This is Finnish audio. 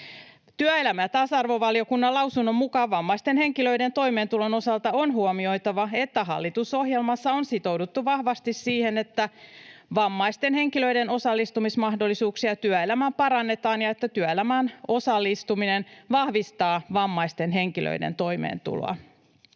Työelämä- ja tasa-arvovaliokunnan lausunnon mukaan vammaisten henkilöiden toimeentulon osalta on huomioitava, että hallitusohjelmassa on sitouduttu vahvasti siihen, että vammaisten henkilöiden osallistumismahdollisuuksia työelämään parannetaan ja että työelämään osallistuminen vahvistaa vammaisten henkilöiden toimeentuloa.